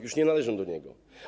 Już nie należą do niego.